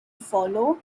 follow